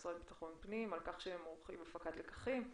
והמשרד לביטחון פנים על כך שהם עורכים הפקת לקחים.